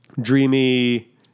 dreamy